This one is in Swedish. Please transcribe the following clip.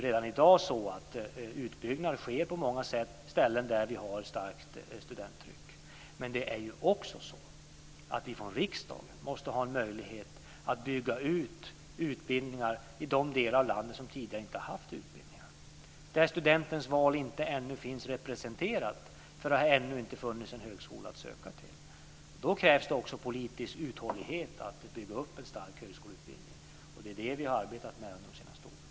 Redan i dag sker en utbyggnad på många ställen där det finns ett starkt studenttryck men det är också så att vi från riksdagen måste ha en möjlighet att bygga ut utbildningar i de delar av landet som tidigare inte haft utbildningar och där studentens val ännu inte finns representerat därför att det inte funnits en högskola att söka till. Då krävs det också politisk uthållighet för att bygga upp en stark högskoleutbildning. Det är det som vi har arbetat med under de senaste åren.